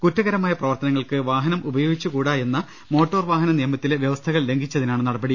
കുറ്റുകരമായ പ്രവർത്തനങ്ങൾക്ക് വാഹനം ഉപയോഗിച്ചുകൂടാ എന്ന മോട്ടോർ വാഹന നിയമത്തിലെ വൃവസ്ഥകൾ ലംഘിച്ചതിനാണ് നടപടി